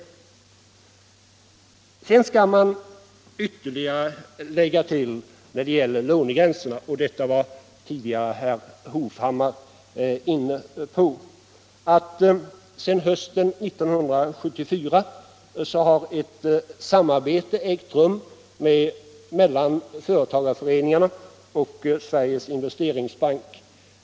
När det gäller lånegränserna skall man sedan ytterligare lägga till — det var herr Hovhammar tidigare inne på — att det sedan hösten 1974 ägt rum ett samarbete mellan företagareföreningarna och Sveriges Investeringsbank.